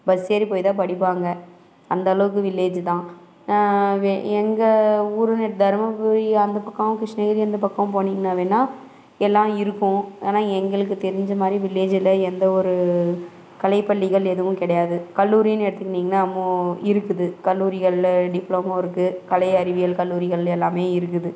bus ஏறி போய் தான் படிப்பாங்க அந்தளவுக்கு வில்லேஜி தான் எங்கள் ஊருன்னு தருமபுரி அந்த பக்கம் கிருஷ்ணகிரி அந்த பக்கம் போனீங்கன்னா வேணா எல்லாம் இருக்கும் ஆனால் எங்களுக்கு தெரிஞ்ச மாதிரி வில்லேஜில் எந்த ஒரு கலை பள்ளிகள் எதுவும் கிடையாது கல்லூரின்னு எடுத்துக்கிட்டிங்கனா இருக்குது கல்லூரிகளில் டிப்ளமோ இருக்கு கலை அறிவியல் கல்லூரிகள் எல்லாம் இருக்குது